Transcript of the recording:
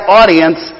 audience